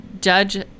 Judge